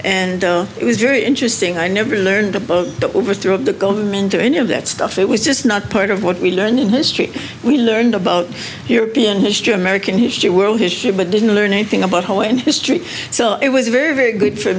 and it was very interesting i never learned the overthrow of the government or any of that stuff it was just not part of what we learned in history we learned about european history american history world history but didn't learn anything about how in history so it was very very good for